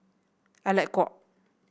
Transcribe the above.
Alec Kuok